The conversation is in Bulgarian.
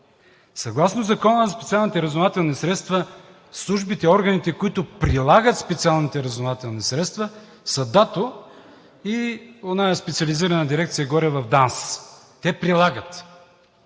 Съгласно Закона за специалните разузнавателни средства службите, органите, които прилагат специалните разузнавателни средства, са ДАТО и оная специализирана дирекция горе в ДАНС – те прилагат.